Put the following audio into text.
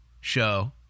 show